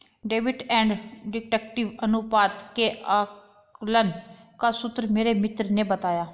डेब्ट and equity अनुपात के आकलन का सूत्र मेरे मित्र ने बताया